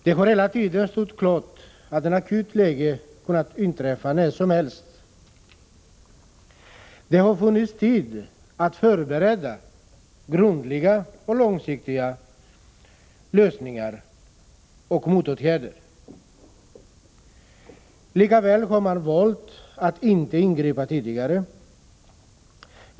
Det har hela tiden stått klart att ett akut läge kunnat inträffa när som helst. Det har funnits tid att förbereda grundliga och långsiktiga lösningar och motåtgärder. Likväl har man valt att inte ingripa tidigare.